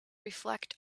reflect